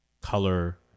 color